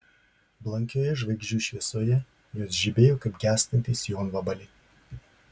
blankioje žvaigždžių šviesoje jos žibėjo kaip gęstantys jonvabaliai